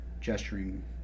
gesturing